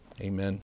amen